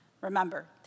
remember